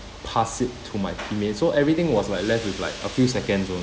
pass it to my teammate so everything was like left with like a few seconds only